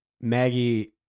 Maggie